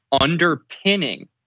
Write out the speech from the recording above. underpinning